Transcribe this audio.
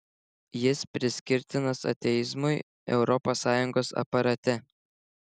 jis priskirtinas ateizmui europos sąjungos aparate